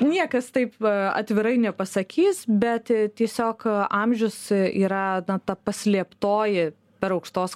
niekas taip atvirai nepasakys bet tiesiog amžius yra ta paslėptoji per aukštos